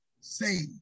saved